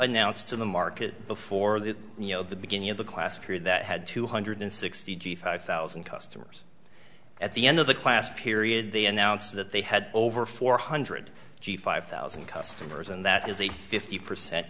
announced in the market before the you know the beginning of the class period that had two hundred sixty g five thousand customers at the end of the class period they announced that they had over four hundred g five thousand customers and that is a fifty percent